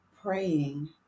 praying